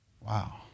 Wow